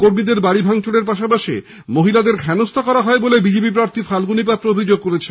কর্মীদের বাড়ি ভাঙচুরের পাশাপাশি মহিলাদের হেনস্থা করা হয় বলে বিজেপি প্রার্থী ফাল্লনি পাত্র অভিযোগ করেছেন